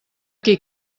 qui